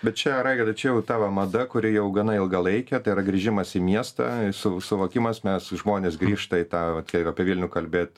bet čia raigardai čia jau tavo mada kuri jau gana ilgalaikė tai yra grįžimas į miestą su suvokimas mes žmonės grįžta į tą vat jeigu apie vilnių kalbėt